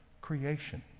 creation